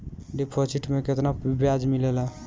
Deposit मे केतना बयाज मिलेला?